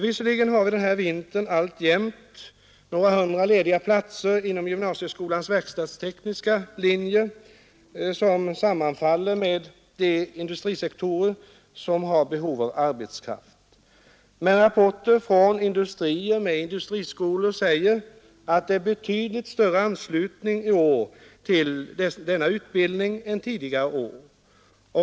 Visserligen har vi den här vintern alltjämt några hundra lediga platser inom gymnasieskolans verkstadstekniska linje som sammanfaller med de industrisektorer som har behov av arbetskraft. Men rapporter från industrier med industriskolor säger att det är betydligt större anslutning till denna utbildning i år än tidigare år.